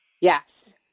Yes